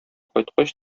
кайткач